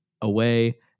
away